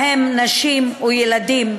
ובהם נשים וילדים,